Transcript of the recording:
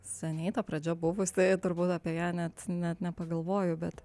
seniai ta pradžia buvusi ir turbūt apie ją net net nepagalvoju bet